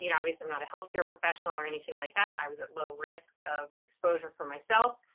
you know obviously, i'm not a health care professional or anything like that. i was at low risk of exposure for myself.